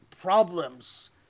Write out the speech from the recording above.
problems